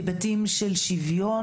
היבטים של שוויון,